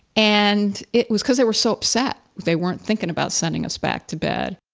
and it was because they were so upset, they weren't thinking about sending us back to bed,